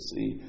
See